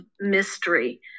mystery